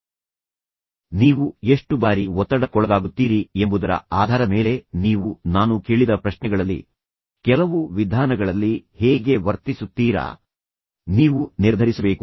ನೀವು ಒತ್ತಡಕ್ಕೊಳಗಾಗಿದ್ದೀರಿ ಮತ್ತು ನಂತರ ನೀವು ಎಷ್ಟು ಬಾರಿ ಒತ್ತಡಕ್ಕೊಳಗಾಗುತ್ತೀರಿ ಎಂಬುದರ ಆಧಾರದ ಮೇಲೆ ನೀವು ನಾನು ಕೇಳಿದ ಪ್ರಶ್ನೆಗಳಲ್ಲಿ ಕೆಲವು ವಿಧಾನಗಳಲ್ಲಿ ಹೇಗೆ ವರ್ತಿಸುತ್ತೀರಾ ನೀವು ನಿರ್ಧರಿಸಬೇಕು